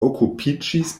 okupiĝis